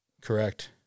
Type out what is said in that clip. correct